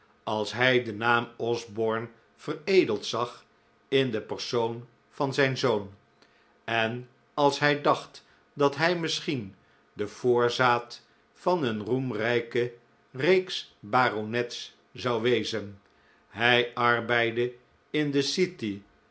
als hij den naam osborne veredeld zag in den persoon van zijn zoon en als hij dacht dat hij misschien de voorzaat van een roemrijke reeks baronets zou wezen hij arbeidde in de city